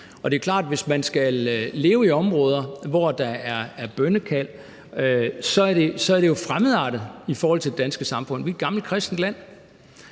Og det er klart, at hvis man skal leve i områder, hvor der er bønnekald, så er det jo fremmedartet i forhold til det danske samfund; vi er et gammelt kristent land.